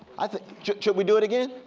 should we do it again?